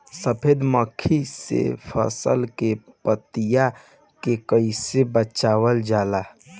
सफेद मक्खी से फसल के पतिया के कइसे बचावल जाला?